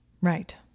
Right